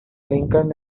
lincoln